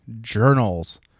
journals